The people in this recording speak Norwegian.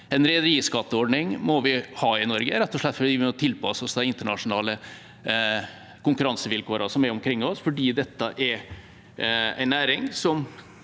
en rederiskatteordning må vi ha i Norge, rett og slett fordi vi må tilpasse oss de internasjonale konkurransevilkårene som er omkring oss, for dette er en næring som